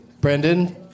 Brendan